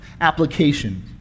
application